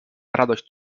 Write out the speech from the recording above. radość